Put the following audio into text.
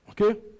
Okay